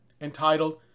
entitled